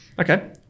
Okay